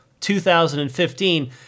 2015